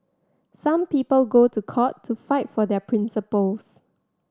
some people go to court to fight for their principles